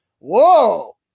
whoa